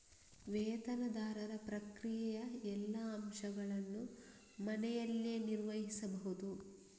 ವೇತನದಾರರ ಪ್ರಕ್ರಿಯೆಯ ಎಲ್ಲಾ ಅಂಶಗಳನ್ನು ಮನೆಯಲ್ಲಿಯೇ ನಿರ್ವಹಿಸಬಹುದು